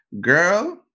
girl